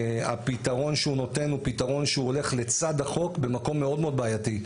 הפתרון שהוא נותן הוא פתרון שהוא הולך לצד החוק במקום מאוד מאוד בעייתי,